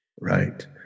Right